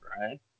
right